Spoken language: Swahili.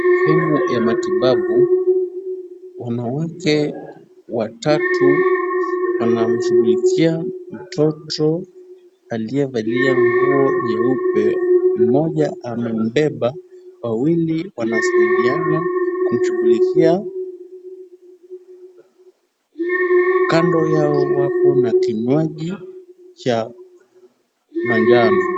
Sehemu ya matibabu, wanawake watatu wanamshughulikia mtoto aliyevalia nguo nyeupe mmoja amembeba wawili wanasaidiana kumshughulikia. Kando yao wako na kinywaji cha manjano.